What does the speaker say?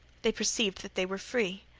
they perceived that they were free.